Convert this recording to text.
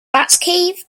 batcave